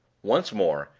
once more,